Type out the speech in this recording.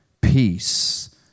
peace